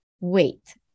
wait